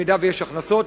אם יש הכנסות,